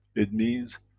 it means,